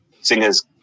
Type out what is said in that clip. singers